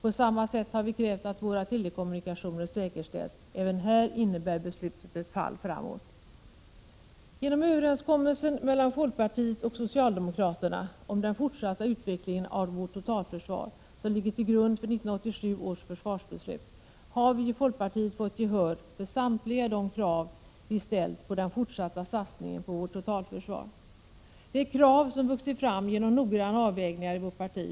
På samma sätt har vi krävt att våra telekommunikationer säkerställs. Även här innebär beslutet ett fall framåt. Genom överenskommelsen mellan folkpartiet och socialdemokraterna om den fortsatta utvecklingen av vårt totalförsvar, som ligger till grund för 1987 års försvarsbeslut, har vi i folkpartiet fått gehör för samtliga de krav vi ställt på den fortsatta satsningen på vårt totalförsvar. Det är krav som vuxit fram genom noggranna avvägningar i vårt parti.